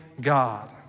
God